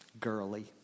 girly